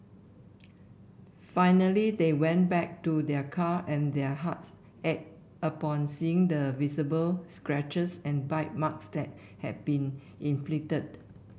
finally they went back to their car and their hearts ached upon seeing the visible scratches and bite marks that had been inflicted